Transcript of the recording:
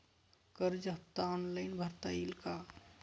कर्ज हफ्ता ऑनलाईन भरता येईल का?